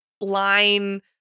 line